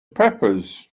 peppers